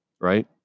right